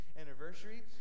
anniversary